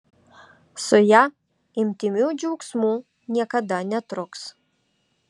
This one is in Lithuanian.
su ja intymių džiaugsmų niekada netruks